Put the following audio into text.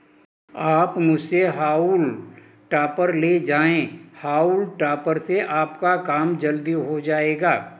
आप मुझसे हॉउल टॉपर ले जाएं हाउल टॉपर से आपका काम जल्दी हो जाएगा